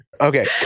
Okay